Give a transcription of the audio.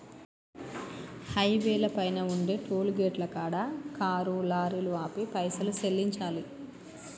హైవేల పైన ఉండే టోలుగేటుల కాడ కారు లారీలు ఆపి పైసలు సెల్లించాలి